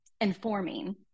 informing